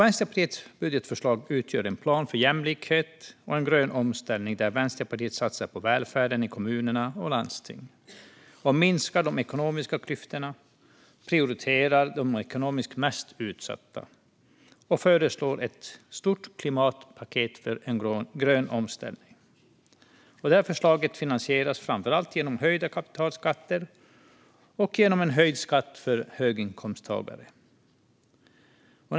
Vänsterpartiets budgetförslag utgör en plan för jämlikhet och grön omställning, där Vänsterpartiet satsar på välfärden i kommuner och landsting, minskar de ekonomiska klyftorna, prioriterar de ekonomiskt mest utsatta och föreslår ett stort klimatpaket för en grön omställning. Förslaget finansieras framför allt genom höjda kapitalskatter och genom höjd skatt för höginkomsttagare. Fru talman!